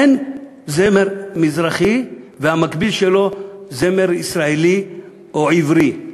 אין זמר מזרחי והמקביל שלו זמר ישראלי או עברי.